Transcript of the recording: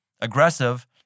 aggressive